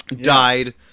died